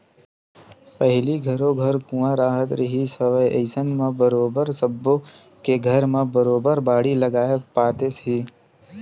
पहिली घरो घर कुँआ राहत रिहिस हवय अइसन म बरोबर सब्बो के घर म बरोबर बाड़ी लगाए पातेस ही